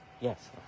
Yes